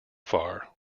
far